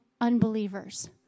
unbelievers